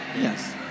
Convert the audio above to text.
Yes